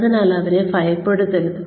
അതിനാൽ അവരെ ഭയപ്പെടുത്തരുത്